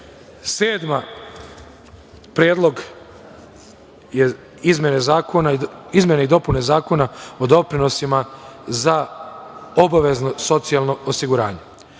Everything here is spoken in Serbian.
Predlog je izmene i dopune Zakona o doprinosima za obavezno socijalno osiguranje.